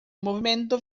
movimento